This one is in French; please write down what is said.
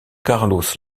carlos